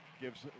gives